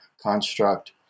construct